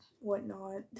whatnot